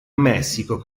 messico